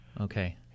Okay